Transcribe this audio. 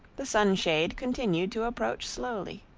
the sunshade continued to approach slowly.